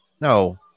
No